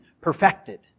perfected